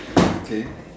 okay